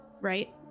right